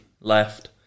left